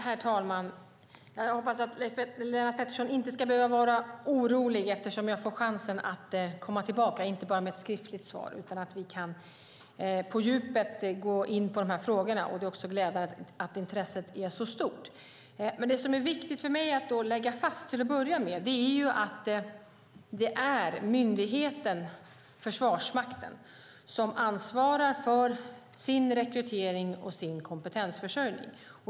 Herr talman! Leif Pettersson behöver inte vara orolig. Jag får chansen att komma tillbaka, inte bara med ett skriftligt svar, utan vi får möjlighet att på djupet gå in på de här frågorna. Det är glädjande att intresset är så stort. Det är viktigt för mig att lägga fast att det är myndigheten Försvarsmakten som ansvarar för sin rekrytering och sin kompetensförsörjning.